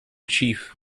chief